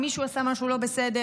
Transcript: אם מישהו עשה משהו לא בסדר,